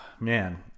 man